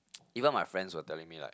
even my friends were telling me like